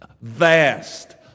Vast